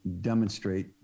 demonstrate